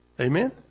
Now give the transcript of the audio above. Amen